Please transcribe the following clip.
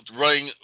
running